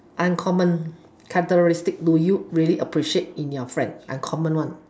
uncommon characteristics do you really appreciate in your friends uncommon one